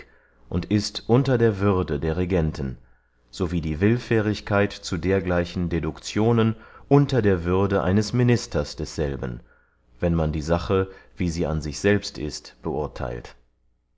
und ist unter der würde der regenten so wie die willfährigkeit zu dergleichen deduktionen unter der würde eines ministers desselben wenn man die sache wie sie an sich selbst ist beurtheilt